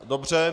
Dobře.